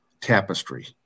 tapestry